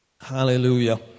Hallelujah